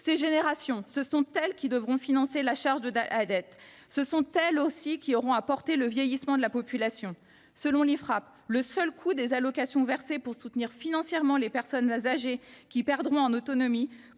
ces générations qui devront financer la charge de la dette. Ce sont elles aussi qui auront à porter le vieillissement de la population. Selon l’iFRAP, le seul coût des allocations versées pour soutenir financièrement les personnes âgées qui perdront en autonomie